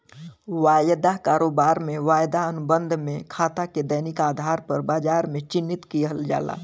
वायदा कारोबार में, वायदा अनुबंध में खाता के दैनिक आधार पर बाजार में चिह्नित किहल जाला